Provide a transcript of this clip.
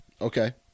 okay